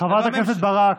חברת הכנסת ברק,